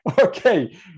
okay